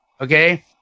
Okay